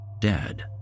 dead